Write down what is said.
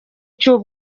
cy’u